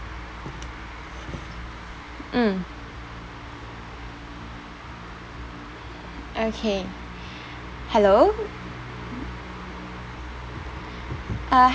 mm okay hello uh